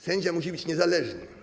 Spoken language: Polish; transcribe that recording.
Sędzia musi być niezależny.